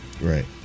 Right